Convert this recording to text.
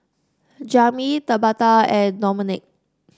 Jami Tabetha and Domenick